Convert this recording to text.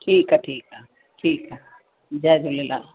ठीकु आहे ठीकु आहे ठीकु आहे जय झूलेलाल